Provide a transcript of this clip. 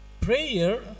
prayer